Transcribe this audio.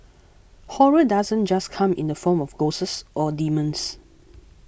horror doesn't just come in the form of ghosts or demons